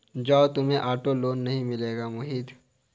जाओ, तुम्हें auto loan नहीं मिलेगा मोहित